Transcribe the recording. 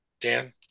Dan